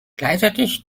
gleichzeitig